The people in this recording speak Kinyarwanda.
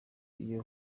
iyo